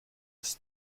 dass